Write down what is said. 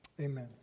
amen